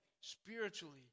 spiritually